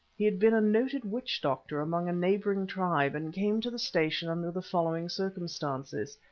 he had been a noted witch-doctor among a neighbouring tribe, and came to the station under the following circumstances,